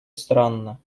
странно